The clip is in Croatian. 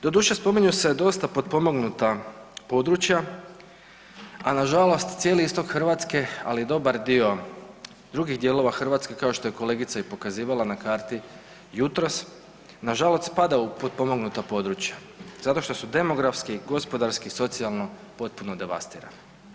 Doduše, spominju se dosta potpomognuta područja, a na žalost cijeli istok Hrvatske ali i dobar dio drugih dijelova Hrvatske kao što je kolegica i pokazivala na karti jutros na žalost spada u potpomognuta područja zato što su demografski, gospodarski, socijalno potpuno devastirana.